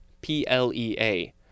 P-L-E-A